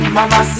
Mama